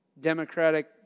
Democratic